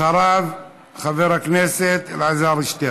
אחריו, חבר הכנסת אלעזר שטרן.